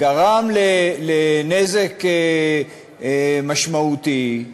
גרם לנזק משמעותי,